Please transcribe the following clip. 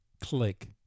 click